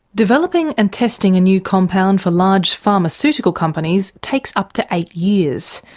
developing and testing a new compound for large pharmaceutical companies takes up to eight years.